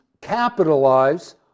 capitalize